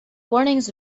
warnings